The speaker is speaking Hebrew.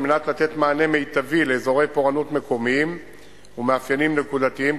על מנת לתת מענה מיטבי לאזורי פורענות מקומיים ומאפיינים נקודתיים,